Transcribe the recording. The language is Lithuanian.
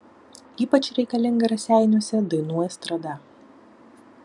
ypač reikalinga raseiniuose dainų estrada